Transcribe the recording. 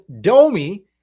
Domi